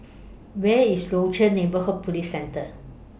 Where IS Rochor Neighborhood Police Centre